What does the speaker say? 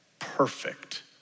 perfect